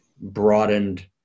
broadened